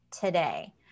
today